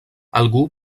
algú